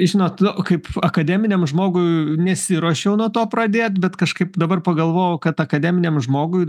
žinot kaip akademiniam žmogui nesiruošiau nuo to pradėt bet kažkaip dabar pagalvojau kad akademiniam žmogui